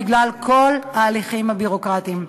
בגלל כל ההליכים הביורוקרטיים.